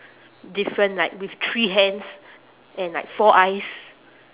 different like with three hands and like four eyes